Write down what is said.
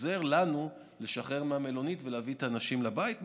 עוזר לנו לשחרר מהמלונית ולהביא את האנשים לבית.